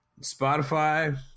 Spotify